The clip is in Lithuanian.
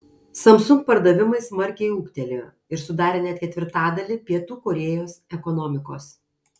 samsung pardavimai smarkiai ūgtelėjo ir sudarė net ketvirtadalį pietų korėjos ekonomikos